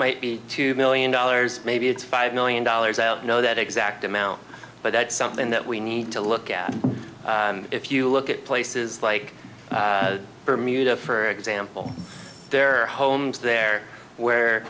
might be two million dollars maybe it's five million dollars out you know that exact amount but that's something that we need to look at if you look at places like bermuda for example there are homes there where